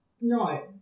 no